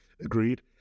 agreed